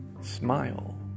smile